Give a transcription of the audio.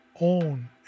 own